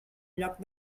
lloc